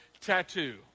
tattoo